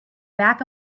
back